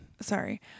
Sorry